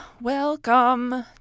welcome